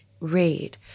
read